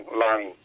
line